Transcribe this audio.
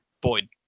Boyd